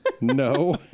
No